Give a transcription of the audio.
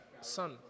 son